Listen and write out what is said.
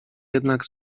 jednak